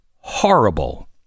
horrible